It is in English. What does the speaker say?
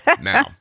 now